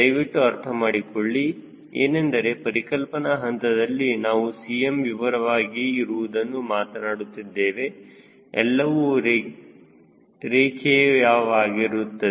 ದಯವಿಟ್ಟು ಅರ್ಥ ಮಾಡಿಕೊಳ್ಳಿ ಏನೆಂದರೆ ಪರಿಕಲ್ಪನಾ ಹಂತದಲ್ಲಿ ನಾವು Cm ವಿವರವಾಗಿ ಇರುವುದನ್ನು ಮಾತನಾಡುತ್ತಿದ್ದೇವೆ ಎಲ್ಲವೂ ರೇಖೆಯವಾಗಿರುತ್ತದೆ